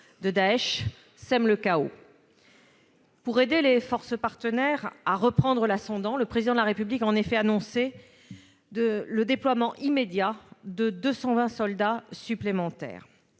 de Daech, sème le chaos. Pour aider les forces partenaires à reprendre l'ascendant, le Président de la République a en effet annoncé le déploiement immédiat de 220 soldats supplémentaires,